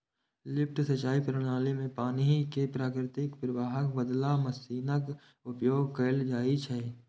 lift सिंचाइ प्रणाली मे पानि कें प्राकृतिक प्रवाहक बदला मशीनक उपयोग कैल जाइ छै